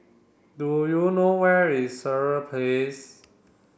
do you know where is Sireh Place